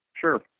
Sure